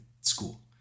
school